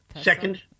Second